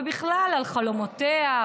ובכלל על חלומותיה,